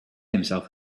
himself